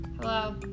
Hello